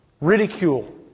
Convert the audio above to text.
ridicule